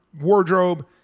wardrobe